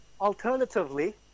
Alternatively